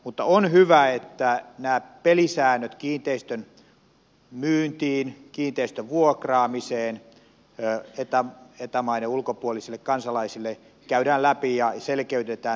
mutta on hyvä että nämä pelisäännöt kiinteistön myyntiin kiinteistön vuokraamiseen eta maiden ulkopuolisille kansalaisille käydään läpi ja selkeytetään se säännöstö